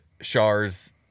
Char's